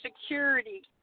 security